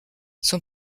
son